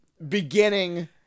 beginning